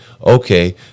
okay